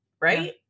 right